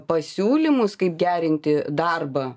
pasiūlymus kaip gerinti darbą